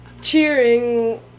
cheering